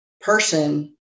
person